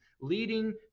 leading